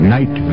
Night